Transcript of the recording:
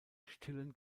stillen